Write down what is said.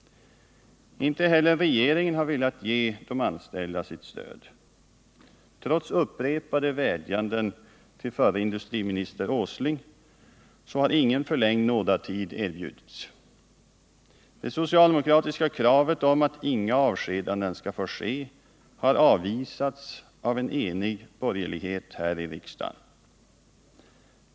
Inte heller regeringen har velat ge de anställda sitt stöd. Trots upprepade vädjanden till förre industriministern Åsling har ingen förlängd nådatid erbjudits. Det socialdemokratiska kravet på att inga avskedanden skall få ske har avvisats av en enig borgerlighet här i riksdagen.